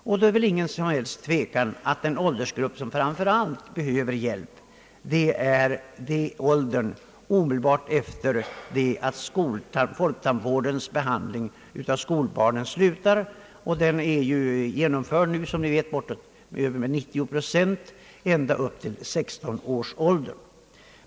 Det råder väl ingen som helst tvekan om att den åldersgrupp som framför allt behöver hjälp är ungdomen omedelbart efter skolgångens slut då folktandvårdens behandling upphört. Denna behandling omfattar, som vi vet, bortåt 90 procent av skolbarnen upp till 16-årsåldern.